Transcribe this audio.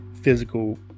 physical